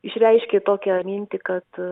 išreiškė tokią mintį kad